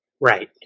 Right